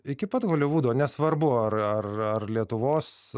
iki pat holivudo nesvarbu ar ar ar lietuvos